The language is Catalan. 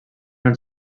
els